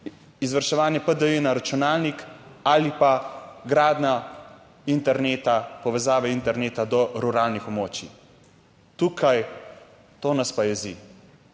izvrševanje PDI na računalnik ali pa gradnja interneta, povezave interneta do ruralnih območij. Tukaj, to nas pa jezi.